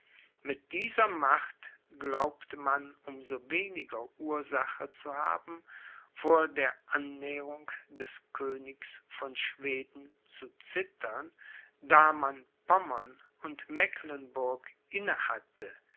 mit dieser macht glaubte man um so weniger ursache zu haben vor der annäherung des königs von schweden zu zittern da man pommern und mecklenburg inne hatte